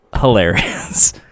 hilarious